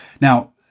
Now